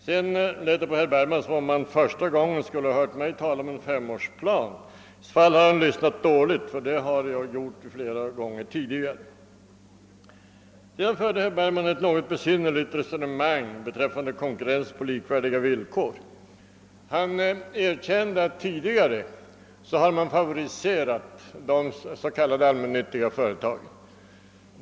Det lät på herr Bergman som om det var första gången han hörde mig tala om en femårsplan. I så fall har herr Bergman lyssnat dåligt, ty det har jag gjort flera gånger tidigare. Herr Bergman förde sedan ett något besynnerligt resonemang beträffande konkurrens på likvärdiga villkor. Han erkände att man tidigare favoriserade de s.k. allmännyttiga företagen.